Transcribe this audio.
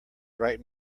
right